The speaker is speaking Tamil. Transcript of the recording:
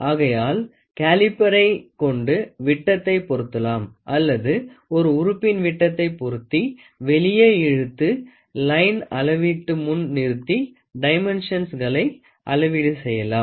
ஆகையால் கேலிபறை கொண்டு விட்டத்தை பொருத்தலாம் அல்லது ஒரு உறுப்பின் விட்டத்தை பொருத்தி வெளியே இழுத்து லைன் அளவீட்டு முன் நிறுத்தி டைமென்ஷன்களை அளவீடு செய்யலாம்